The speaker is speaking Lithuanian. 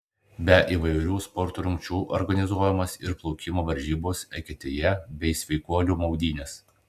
be įvairių sporto rungčių organizuojamos ir plaukimo varžybos eketėje bei sveikuolių maudynės